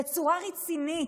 בצורה רצינית,